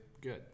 good